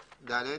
הארצית.